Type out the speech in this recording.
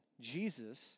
Jesus